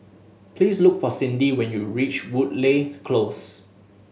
please look for Cindi when you reach Woodleigh Close